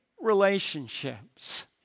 relationships